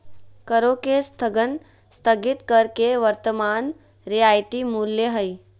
करों के स्थगन स्थगित कर के वर्तमान रियायती मूल्य हइ